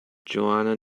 johanna